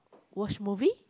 watch movie